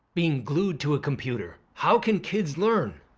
being glued to a computer, how can kids learn?